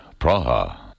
Praha